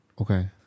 Okay